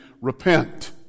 Repent